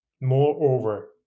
moreover